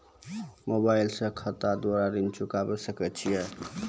Mobile से खाता द्वारा ऋण चुकाबै सकय छियै?